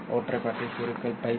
ஒற்றைப்படை பெருக்கல் π 2